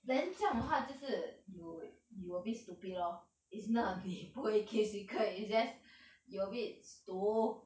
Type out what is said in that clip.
then 这样的话就是 you you a bit stupid lor is not 你不会 keep secret is just you a bit 毒